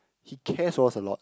he cares for us a lot